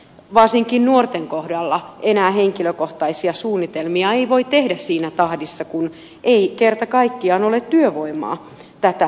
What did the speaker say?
varsinkaan nuorten kohdalla enää henkilökohtaisia suunnitelmia ei voi tehdä siinä tahdissa kun ei kerta kaikkiaan ole työvoimaa tätä toteuttamaan